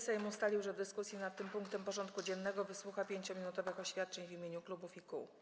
Sejm ustalił, że w dyskusji nad tym punktem porządku dziennego wysłucha 5-minutowych oświadczeń w imieniu klubów i kół.